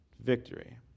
victory